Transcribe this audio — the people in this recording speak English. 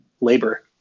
labor